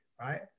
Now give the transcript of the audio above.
right